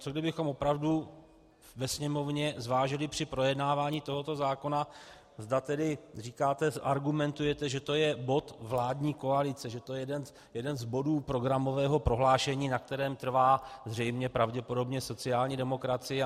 Co kdybychom opravdu ve Sněmovně zvážili při projednávání tohoto zákona, zda tedy, jak říkáte, zargumentujete, že to je bod vládní koalice, že to je jeden z bodů programového prohlášení, na kterém trvá zřejmě pravděpodobně sociální demokracie?